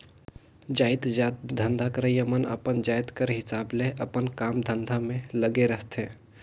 जाएतजात धंधा करइया मन अपन जाएत कर हिसाब ले अपन काम धंधा में लगे रहथें